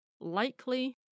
Likely